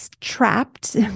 trapped